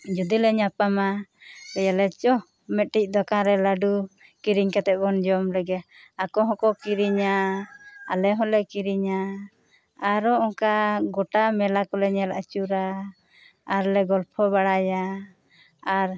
ᱡᱩᱫᱤ ᱞᱮ ᱧᱟᱯᱟᱢᱟ ᱞᱟᱹᱭ ᱟᱞᱮ ᱪᱚᱦ ᱢᱤᱫ ᱴᱟᱝ ᱫᱚᱠᱟᱱ ᱨᱮ ᱞᱟᱹᱰᱩ ᱠᱤᱨᱤᱧ ᱠᱟᱛᱮᱜ ᱵᱚᱱ ᱡᱚᱢ ᱞᱮᱜᱮ ᱟᱠᱚ ᱦᱚᱸ ᱠᱚ ᱠᱤᱨᱤᱧᱟ ᱟᱞᱮ ᱦᱚᱞᱮ ᱠᱤᱨᱤᱧᱟ ᱟᱨᱚ ᱚᱱᱠᱟ ᱜᱚᱴᱟ ᱢᱮᱞᱟ ᱠᱚᱞᱮ ᱧᱮᱞ ᱟᱹᱪᱩᱨᱟ ᱟᱨ ᱞᱮ ᱜᱚᱞᱯᱷᱚ ᱵᱟᱲᱟᱭᱟ ᱟᱨ